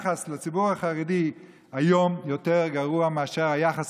ולכן היחס לציבור החרדי היום יותר גרוע מאשר היחס